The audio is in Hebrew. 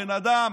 בן אדם